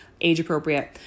age-appropriate